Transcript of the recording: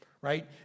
right